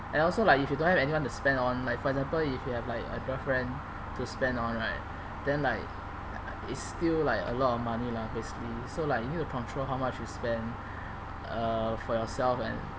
and also like if you don't have anyone to spend on like for example if you have like a girlfriend to spend on right then like it's still like a lot of money lah basically so like you need to control how much you spend uh for yourself and